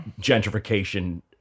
gentrification